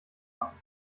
machen